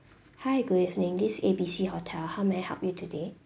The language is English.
hi good evening this A B C hotel how may I help you today